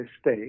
state